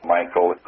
Michael